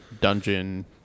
dungeon